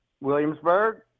Williamsburg